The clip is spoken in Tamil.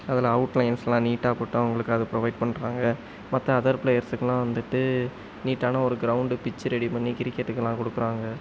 அது அவுட்லைன்ஸ்லாம் நீட்டாக போட்டு அவங்களுக்கு அது ப்ரொவைட் பண்ணுறாங்க மற்ற அதர் பிளேயர்ஸுக்கெல்லாம் வந்துவிட்டு நீட்டான ஒரு கிரவுண்டு பிச்சு ரெடி பண்ணி கிரிக்கெட்டுக்கெல்லாம் கொடுக்குறாங்க